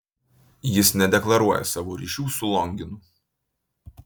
jis nedeklaruoja savo ryšių su longinu